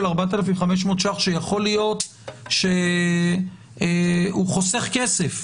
4,500 שקלים שיכול להיות שהוא חוסך כסף,